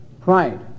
Pride